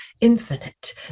infinite